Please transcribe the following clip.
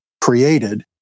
created